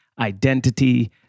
identity